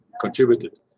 contributed